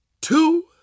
two